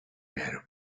matter